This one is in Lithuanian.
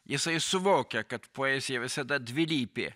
jisai suvokia kad poezija visada dvilypė